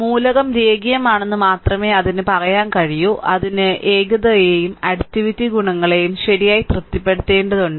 മൂലകം രേഖീയമാണെന്ന് മാത്രമേ അതിന് പറയാൻ കഴിയൂ അതിന് ഏകതയെയും അഡിറ്റിവിറ്റി ഗുണങ്ങളെയും ശരിയായി തൃപ്തിപ്പെടുത്തേണ്ടതുണ്ട്